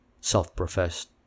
self-professed